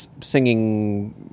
singing